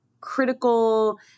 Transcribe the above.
critical